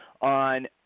on